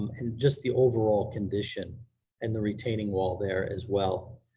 and just the overall condition and the retaining wall there as well.